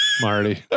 marty